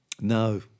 No